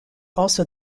also